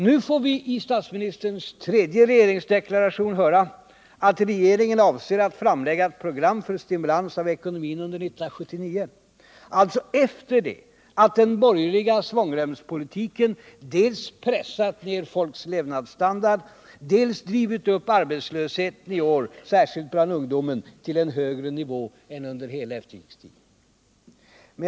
Nu får vi i statsministerns tredje regeringsdeklaration höra att regeringen avser att framlägga ett program för stimulans av ekonomin under 1979 — alltså efter det att den borgerliga svångremspolitiken dels pressat ner folks levnadsstandard, dels drivit upp arbetslösheten i år, särskilt bland ungdomen, till en högre nivå än under hela efterkrigstiden.